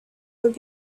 would